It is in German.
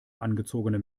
angezogene